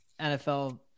NFL